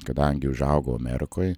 man kadangi užaugau amerikoj